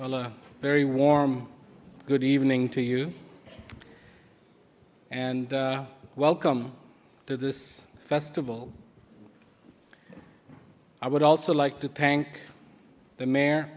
well a very warm good evening to you and welcome to this festival i would also like to tank the ma